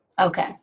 okay